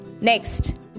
Next